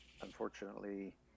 unfortunately